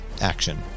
action